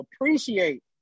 appreciate